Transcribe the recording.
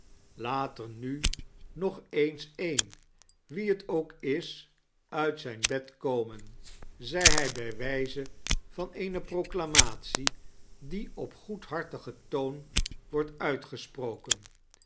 laat er nu nog eens een wie t ook is uit zqn bed komen zei hij bij wijze van eene proclamatie die op goedhartigen toon wordt uitgeeproken